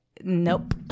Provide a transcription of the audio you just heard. nope